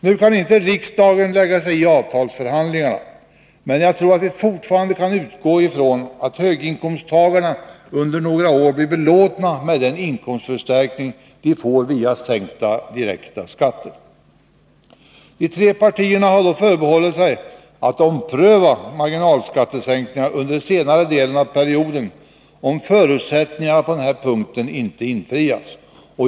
Nu kan inte riksdagen lägga sig i avtalsförhandlingarna, men jag tror att vi fortfarande kan utgå ifrån att höginkomsttagarna under några år blir belåtna med den inkomstförstärkning de får via sänkta direkta skatter. De tre partierna har dock förebehållit sig rätten att ompröva marginalskattesänkningarna under senare delen av perioden, om förutsättningarna på denna punkt inte infrias.